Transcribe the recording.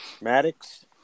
Maddox